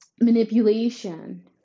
manipulation